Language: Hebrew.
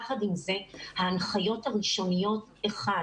יחד עם זה, ההנחיות הראשוניות כן